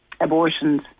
abortions